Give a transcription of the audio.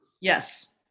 Yes